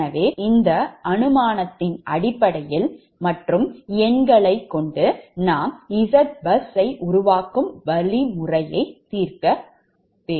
எனவே இந்த அனுமானத்தின் அடிப்படையில் மற்றும் எண்ணையும் கொண்டு நாம் Zbus கட்டும் வழிமுறையை தீர்க்க வேண்டும்